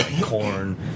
corn